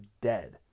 dead